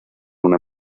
una